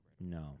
No